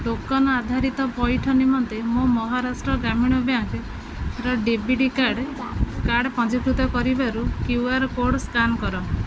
token ଆଧାରିତ ପଇଠ ନିମନ୍ତେ ମୋ ମହାରାଷ୍ଟ୍ର ଗ୍ରାମୀଣ ବ୍ୟାଙ୍କ୍ର ଡେବିଟ୍ କାର୍ଡ଼୍ କାର୍ଡ଼୍ ପଞ୍ଜୀକୃତ କରିବାରୁ କ୍ୟୁ ଆର୍ କୋର୍ଡ଼୍ ସ୍କାନ୍ କର